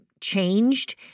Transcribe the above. changed